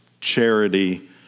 charity